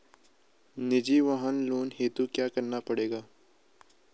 निजी वाहन लोन हेतु क्या करना पड़ेगा?